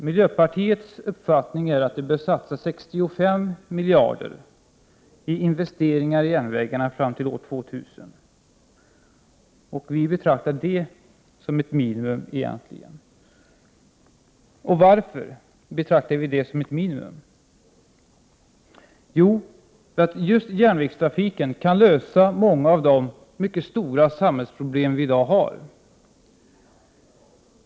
Miljöpartiets uppfattning är att det borde satsas 65 miljarder kronor i investeringar i järnvägarna fram till år 2000 — och egentligen betraktar vi detta som ett minimum. Och varför gör vi det? Jo, därför att just järnvägstrafiken kan lösa många av de stora samhällsproblem vi i dag har.